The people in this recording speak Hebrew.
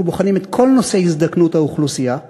אנחנו בוחנים את כל נושא הזדקנות האוכלוסייה,